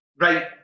Right